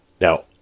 Now